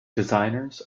designers